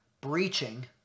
breaching